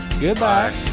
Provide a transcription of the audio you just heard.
goodbye